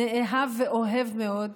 נאהב ואוהב מאוד,